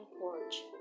porch